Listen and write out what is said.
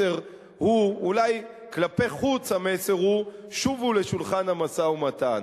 אולי כלפי חוץ המסר הוא: שובו לשולחן המשא-ומתן.